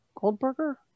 Goldberger